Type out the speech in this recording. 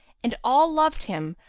and all loved him,